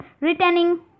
returning